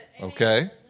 Okay